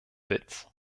witz